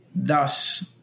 thus